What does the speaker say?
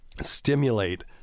stimulate